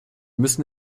müssen